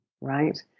right